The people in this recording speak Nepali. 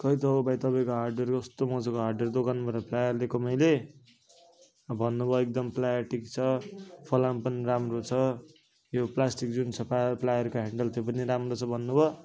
खोइ त हौ भाइ तपाईँको हार्डवेयर कस्तो मजाको हार्डवेयर दोकानबाट प्लायर लिएको मैले अब भन्नु भयो एकदम प्लायर ठिक छ फलाम पनि राम्रो छ यो प्लास्टिक जुन सफा प्लायरको ह्यान्डल त्यो पनि राम्रो छ भन्नु भयो